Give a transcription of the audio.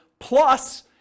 plus